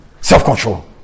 Self-control